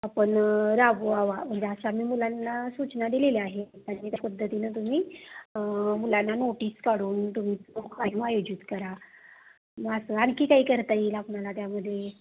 आपण राबवावा म्हणजे अशा आम्ही मुलांना सूचना दिलेल्या आहे आणि त्या पद्धतीनं तुम्ही मुलांना नोटीस काढून तुम्ही तो काही आयोजित करा मग असं आणखी काही करता येईल आपणाला त्यामध्ये